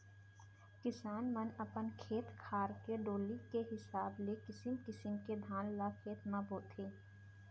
किसान मन अपन खेत खार के डोली के हिसाब ले किसिम किसिम के धान ल खेत म बोथें